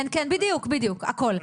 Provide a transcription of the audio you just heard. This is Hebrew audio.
כן, כן, בדיוק, הכל.